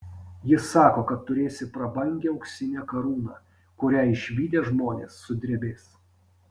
jis sako kad turėsi prabangią auksinę karūną kurią išvydę žmonės sudrebės